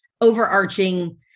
overarching